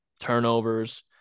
turnovers